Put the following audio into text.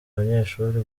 abanyeshuri